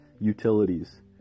utilities